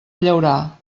llaurar